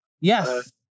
Yes